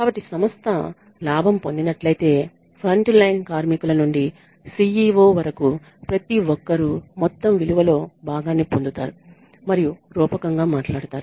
కాబట్టి సంస్థ లాభం పొందినట్లయితే ఫ్రంట్లైన్ కార్మికుల నుండి CEO వరకు ప్రతి ఒక్కరూ మొత్తం విలువ లో భాగాన్ని పొందుతారు మరియు రూపకంగా మాట్లాడుతారు